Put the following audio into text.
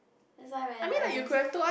that's why man I don't